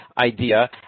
idea